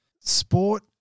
Sport